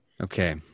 Okay